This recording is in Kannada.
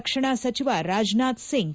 ರಕ್ವಣಾ ಸಚಿವ ರಾಜನಾಥ್ ಸಿಂಗ್